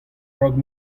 raok